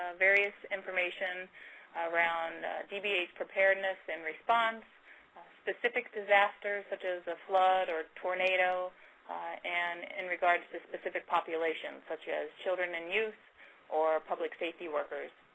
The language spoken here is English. ah various information around dbh preparedness and response to specific disasters such as a flood or a tornado and in regards to specific populations such as children and youth or public safety workers.